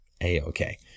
A-okay